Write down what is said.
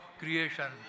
creation